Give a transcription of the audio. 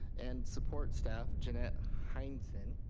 and support staff jeanette heinsen.